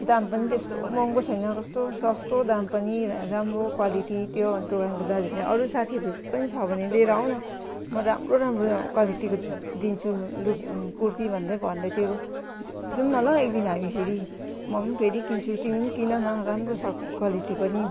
दाम पनि त्यस्तो महँगो छैन कस्तो सस्तो दाम पनि राम्रो क्वालिटी त्यो दोकानको दाजुले अरू साथीहरू पनि छ भने लिएर आउन म राम्रो राम्रो क्वालिटीको दिन्छु लुग कुर्ती भन्दै भन्दै थियो जाउँ न ल एकदिन हामी फेरि म पनि फेरि किन्छु तिमी पनि किनन राम्रो छ क्वालिटी पनि